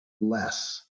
less